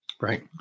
right